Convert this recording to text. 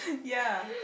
ya